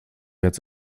jetzt